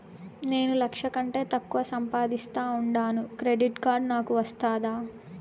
నేను లక్ష కంటే తక్కువ సంపాదిస్తా ఉండాను క్రెడిట్ కార్డు నాకు వస్తాదా